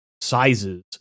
sizes